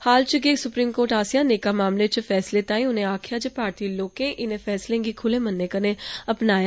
हाल च गै supreme court आस्सेआ नेकां मामलें च फैसले ताई उनें आकखेआ जे भारतीय लोकें इनें फैसलें गी खुले मने कन्नै अपनाया